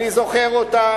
אני זוכר אותם.